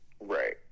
Right